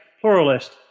pluralist